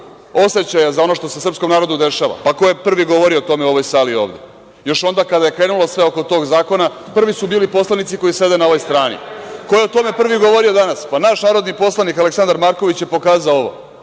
osećaja za ono što se srpskom narodu dešava, pa ko je prvi govorio o tome u ovoj sali ovde? Još onda kada je krenulo sve oko tog zakona, prvi su bili poslanici koji sede na ovoj strani. Ko je o tome prvi govorio danas? Pa, naš narodni poslanik, Aleksandar Marković je pokazao ovo